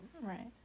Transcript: Right